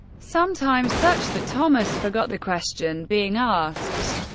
sometimes such that thomas forgot the question being asked.